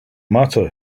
matter